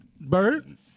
Bird